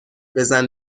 بزن